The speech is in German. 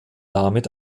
damit